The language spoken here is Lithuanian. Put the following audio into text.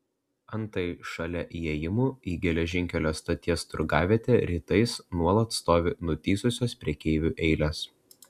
antai šalia įėjimų į geležinkelio stoties turgavietę rytais nuolat stovi nutįsusios prekeivių eilės